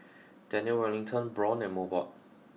Daniel Wellington Braun and Mobot